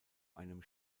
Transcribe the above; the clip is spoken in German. einem